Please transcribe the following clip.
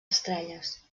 estrelles